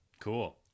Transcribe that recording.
Cool